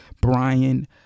Brian